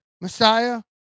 Messiah